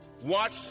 Watch